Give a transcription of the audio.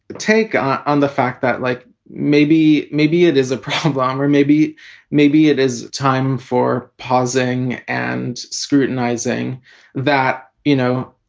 but take um on the fact that, like, maybe maybe it is a problem um or maybe maybe it is time for pausing and scrutinizing that, you know,